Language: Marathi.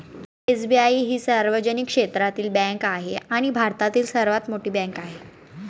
एस.बी.आई ही सार्वजनिक क्षेत्रातील बँक आहे आणि भारतातील सर्वात मोठी बँक आहे